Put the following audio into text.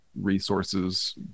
resources